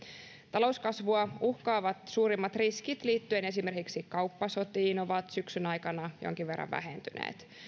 talouskasvua uhkaavat suurimmat riskit liittyen esimerkiksi kauppasotiin ovat syksyn aikana jonkin verran vähentyneet